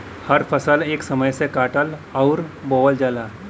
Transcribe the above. हर फसल एक समय से काटल अउर बोवल जाला